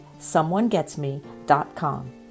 someonegetsme.com